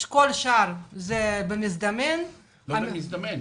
כל השאר זה במזדמן --- לא במזדמן,